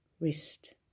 wrist